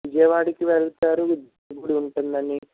విజయవాడకి వెళ్తారు ఉంటుందని